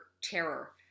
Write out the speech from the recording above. terror